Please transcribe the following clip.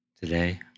Today